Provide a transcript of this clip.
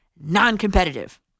non-competitive